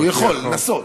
הוא יכול לנסות.